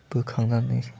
बोखांनानै